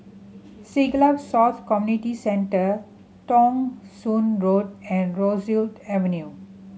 Siglap South Community Centre Thong Soon Road and Rosyth Avenue